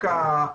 רק השטח?